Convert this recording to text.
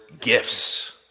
gifts